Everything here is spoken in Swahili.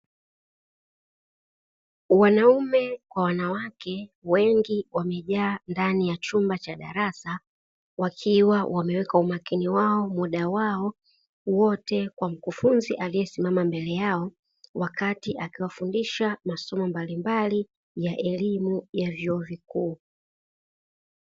Wanaume kwa wanawake wengi wamejaa ndani ya chumba cha darasa wakiwa wameweka umakini wao, muda wao wote kwa mkufunzi aliyesimama mbele yao wakati akiwafundisha masomo mbalimbali ya elimu ya vyuo vikuu.